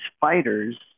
fighters